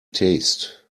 taste